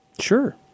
Sure